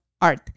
art